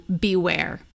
beware